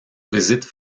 visites